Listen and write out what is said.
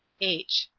h.